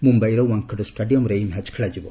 ମୁମ୍ବାଇର ୱାନ୍ଖଡେ ଷ୍ଟାଡିୟମ୍ରେ ଏହି ମ୍ୟାଚ୍ ଖେଳାଯିବ